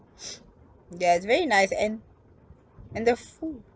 ya it's very nice and and the food